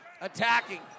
attacking